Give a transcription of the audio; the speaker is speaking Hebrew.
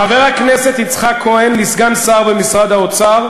חבר הכנסת יצחק כהן, לסגן שר במשרד האוצר,